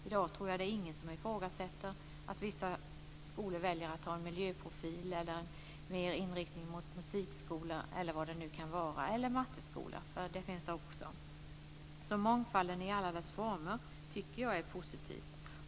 I dag tror jag inte att det finns någon som ifrågasätter att vissa skolor väljer att ha en miljöprofil, en musikinriktning eller vad det nu kan vara. Det finns även matteskolor. Jag tycker mångfalden i alla dess former är positiv.